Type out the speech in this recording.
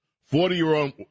Forty-year-old